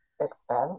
expense